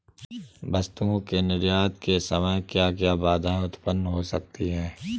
वस्तुओं के निर्यात के समय क्या क्या बाधाएं उत्पन्न हो सकती हैं?